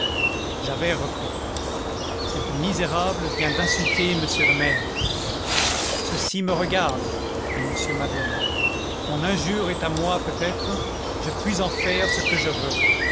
javert reprit cette misérable vient d'insulter monsieur le maire ceci me regarde dit m madeleine mon injure est à moi peut-être j'en puis faire ce que je veux